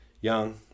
young